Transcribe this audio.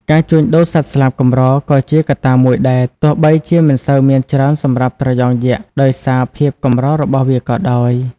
ការជួញដូរសត្វស្លាបកម្រក៏ជាកត្តាមួយដែរ ទោះបីជាមិនសូវមានច្រើនសម្រាប់ត្រយងយក្សដោយសារភាពកម្ររបស់វាក៏ដោយ។